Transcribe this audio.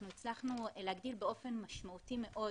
אנחנו הצלחנו להגדיל באופן משמעותי מאוד